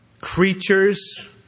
creatures